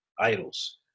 idols